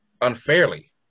unfairly